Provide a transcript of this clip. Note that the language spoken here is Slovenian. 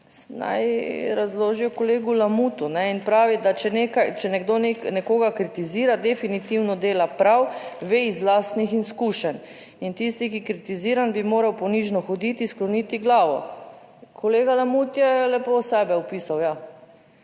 naj razložijo kolegu Lamutu. In pravi, da če nekaj, če nekdo nekoga kritizira, definitivno dela prav, ve iz lastnih izkušenj in tisti, ki je kritiziran, bi moral ponižno hoditi, skloniti glavo. Kolega Lamut je lepo sebe opisal.